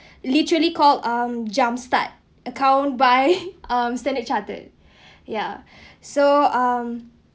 literally called um jump start account by um standard chartered yeah so um